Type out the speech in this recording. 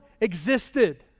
existed